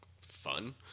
fun